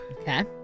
Okay